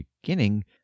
beginning